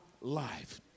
life